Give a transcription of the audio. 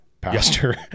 pastor